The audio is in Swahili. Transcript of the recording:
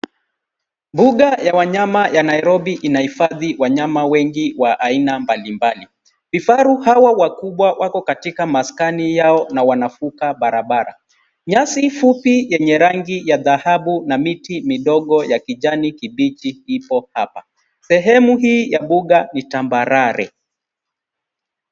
Mbuga ya wanyama ya Nairobi, inahifadhi wanyama wengi wa aina mbalimbali. Vifaru hawa wakubwa wako katika maskani yao na wanavuka barabara. Nyasi fupi yenye rangi ya dhahabu na miti midogo ya kijani kibichi ipo hapa. Sehemu hii ya mbuga ni tambarare.